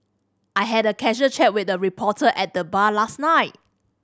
I had a casual chat with a reporter at the bar last night